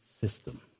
system